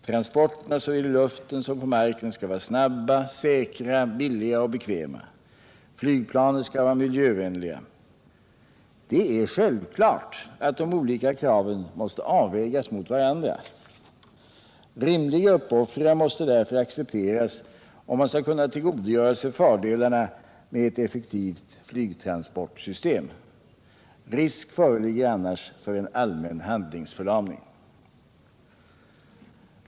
Transporterna såväl i luften som på marken skall vara snabba, säkra, billiga och bekväma. Flygplanen skall vara miljövänliga. Det är självklart att de olika kraven måste avvägas mot varandra. Rimliga uppoffringar måste därför accepteras om man skall kunna tillgodogöra sig fördelarna med ett effektivt flygtransportsystem. Risk föreligger annars för en allmän handlingsförlamning.